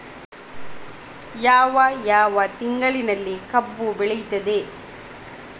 ಯಾವ ಯಾವ ತಿಂಗಳಿನಲ್ಲಿ ಕಬ್ಬು ಬೆಳೆಯುತ್ತದೆ?